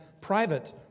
private